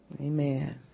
Amen